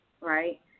right